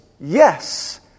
Yes